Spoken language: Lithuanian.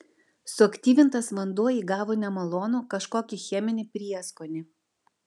suaktyvintas vanduo įgavo nemalonų kažkokį cheminį prieskonį